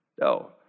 no